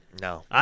No